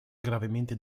gravemente